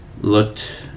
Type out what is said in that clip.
looked